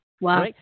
Wow